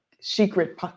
secret